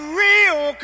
real